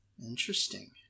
Interesting